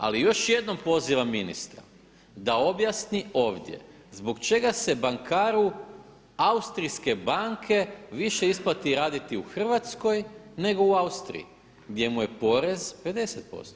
Ali još jednom pozivam ministra, da objasni ovdje zbog čega se bankaru austrijske banke više isplati raditi u Hrvatskoj nego u Austriji, gdje mu je porez 50%